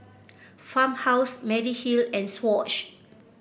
Farmhouse Mediheal and Swatch